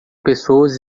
pessoas